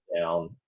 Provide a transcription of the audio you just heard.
down